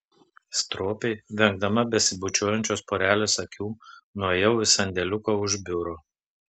stropiai vengdama besibučiuojančios porelės akių nuėjau į sandėliuką už biuro